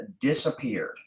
disappeared